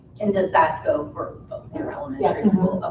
and does that go for but and the elementary school,